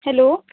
hello